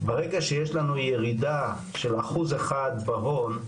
ברגע שיש לנו ירידה של אחוז אחד בהון,